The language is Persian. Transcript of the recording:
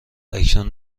اکنون